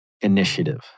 initiative